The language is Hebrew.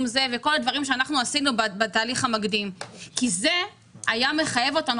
זה וכל הדברים שעשינו בתהליך המקדים כי זה היה מחייב אותנו